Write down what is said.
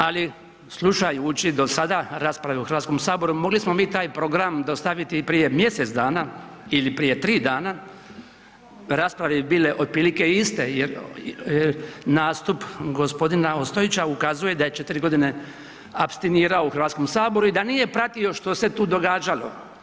Ali slušajući do sada rasprave u Hrvatskom saboru mogli smo mi taj program dostaviti prije mjesec dana ili prije tri dana, rasprave bi bile otprilike iste jer nastup gospodina Ostojića ukazuje da je četiri godine apstinirao u Hrvatskom saboru i da nije pratio što se tu događalo.